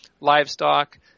livestock